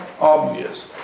obvious